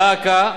דא עקא,